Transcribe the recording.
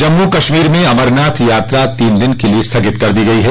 जम्मू कश्मीर में अमरनाथ यात्रा तीन दिन के लिए स्थगित कर दी गई है